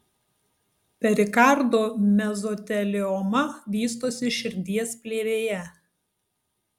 perikardo mezotelioma vystosi širdies plėvėje